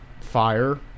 fire